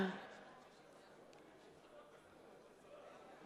מצביע בנימין בן-אליעזר,